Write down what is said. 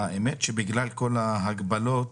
בגלל כל ההגבלות